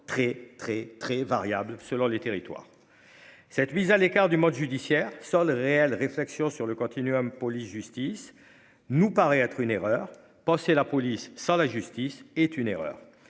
très très très variable selon les territoires. Cette mise à l'écart du monde judiciaire. Seule réelle réflexion sur le continuum police justice nous paraît être une erreur. Penser la police sans la justice est une erreur.